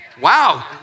Wow